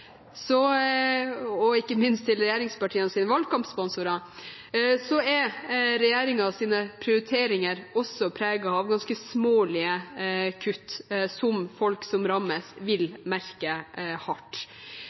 og ikke minst til regjeringspartienes valgkampsponsorer, er regjeringens prioriteringer også preget av ganske smålige kutt som folk som rammes, vil merke hardt.